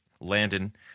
Landon